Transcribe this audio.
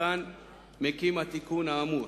שאותן מקים התיקון האמור.